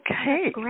Okay